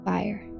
Fire